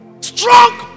strong